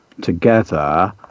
together